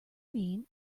mean